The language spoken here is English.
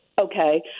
Okay